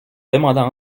demanda